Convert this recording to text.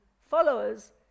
followers